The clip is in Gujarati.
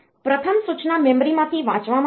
પ્રથમ સૂચના મેમરીમાંથી વાંચવામાં આવશે